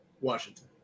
Washington